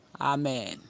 Amen